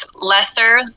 lesser